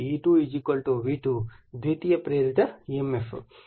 కాబట్టి ఇది వాస్తవానికి V1 E1